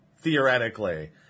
theoretically